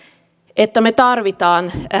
että me tarvitsemme